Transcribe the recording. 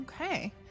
Okay